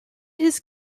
his